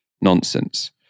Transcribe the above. nonsense